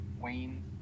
Wayne